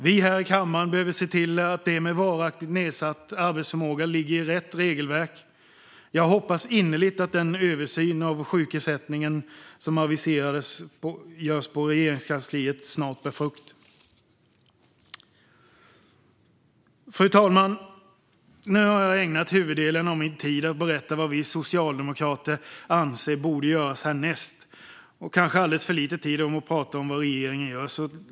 Vi här i kammaren behöver se till att de med varaktigt nedsatt arbetsförmåga finns i rätt regelverk. Jag hoppas innerligt att den översyn av sjukersättningen som görs på Regeringskansliet snart bär frukt. Fru talman! Nu har jag ägnat huvuddelen av min talartid åt att berätta vad vi socialdemokrater anser borde göras härnäst och kanske alldeles för lite tid åt att tala om vad regeringen gör.